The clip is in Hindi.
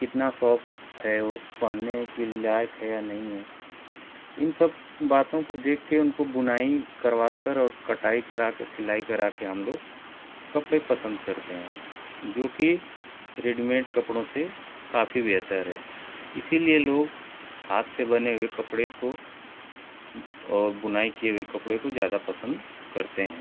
कितना सॉफ है वो पहनने के लायक है या नहीं है इन सब बातों को देख कर उनको बुनाई करवाकर और कटाई करा कर सिलाई करा कर हम लोग कपड़े पसंद करते हैं जो कि रेडीमेड कपड़ों से काफ़ी बेहतर है इसलिए लोग हाथ से बने हुए कपड़े को और बुनाई किए हुए कपड़े को ज़्यादा पसंद करते हैं